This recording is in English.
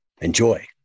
Enjoy